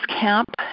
camp